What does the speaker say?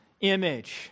image